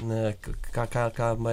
ką maestro turėjo